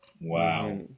Wow